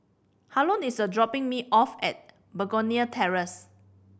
Harlon is dropping me off at Begonia Terrace